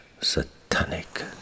satanic